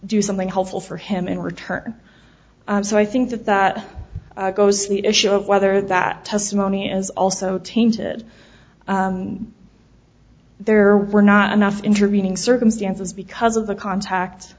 do something helpful for him in return so i think that that goes to the issue of whether that testimony is also tainted there were not enough intervening circumstances because of the contact